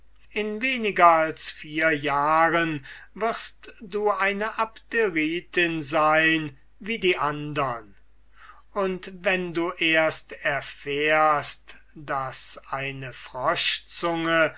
in weniger als vier jahren wirst du ein abderitin sein wie die andern und wenn du erst erfährst daß eine